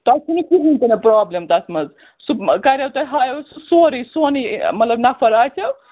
تۄہہِ چھُو نہٕ کِہیٖنۍ تہِ نہٕ پرٛابلِم تَتھ منٛز سُہ کَریٚو تۄہہِ ہایٚو سُہ سورُے سونُے مطلب نَفر آسٮ۪و